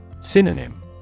Synonym